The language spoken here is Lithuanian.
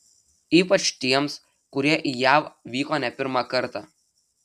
ypač tiems kurie į jav vyko ne pirmą kartą